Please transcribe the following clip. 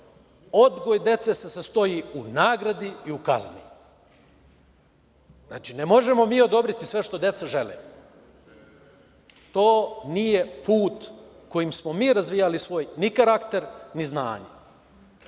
odgoj dece se sastoji u nagradi i u kazni. Znači, ne možemo mi odobriti sve što deca žele, to nije put kojim smo mi razvijali svoj ni karakter ni znanje. Zato